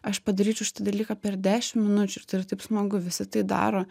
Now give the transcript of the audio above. aš padaryčiau šitą dalyką per dešim minučių ir tai yra taip smagu visi tai daro